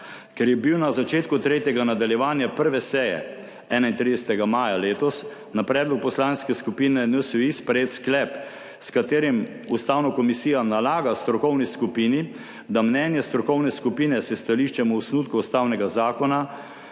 Ker je bil na začetku tretjega nadaljevanja 1. seje, 31. maja letos, na predlog Poslanske skupine NSi sprejet sklep, s katerim Ustavna komisija nalaga strokovni skupini, da mnenje strokovne skupine s stališčem o osnutku ustavnega zakona